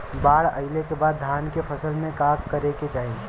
बाढ़ आइले के बाद धान के फसल में का करे के चाही?